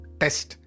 test